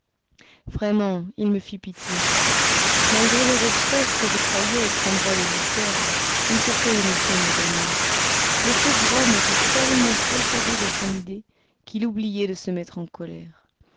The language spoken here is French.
vraiment il me fit pitié malgré les reproches que je croyais être en droit de lui faire une certaine émotion me gagnait le pauvre homme était tellement possédé de son idée qu'il oubliait de se mettre en colère